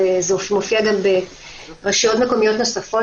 וזה מופיע גם ברשויות מקומיות נוספות,